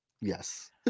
Yes